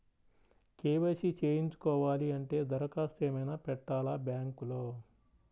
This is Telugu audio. కే.వై.సి చేయించుకోవాలి అంటే దరఖాస్తు ఏమయినా పెట్టాలా బ్యాంకులో?